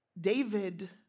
David